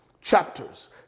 chapters